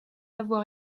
avoir